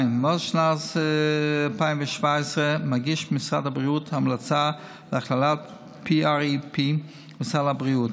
מאז שנת 2017 מגיש משרד הבריאות המלצה להכללת PrEP בסל הבריאות.